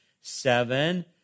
seven